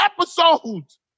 episodes